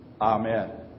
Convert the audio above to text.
Amen